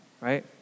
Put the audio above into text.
right